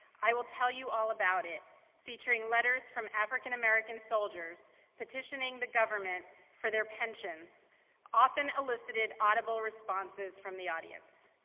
i will tell you all about it featuring letters from african-american soldiers petitioning the government for their pensions often elicited audible responses from the audience.